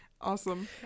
Awesome